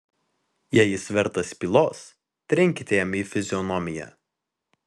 jei jis vertas pylos trenkite jam į fizionomiją